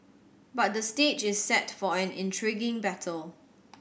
but the stage is set for an intriguing battle